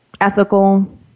ethical